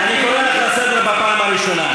אני קורא אותך לסדר בפעם הראשונה.